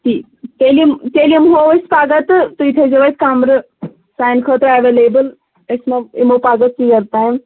تی تیٚلہِ یِم تیٚلہِ یِمو أسۍ پگاہ تہٕ تُہۍ تھٲیزیو اَتہِ کَمرٕ سانہِ خٲطرٕ اٮ۪ویلیبٕل أسۍ ما یِمو پگاہ ژیر تام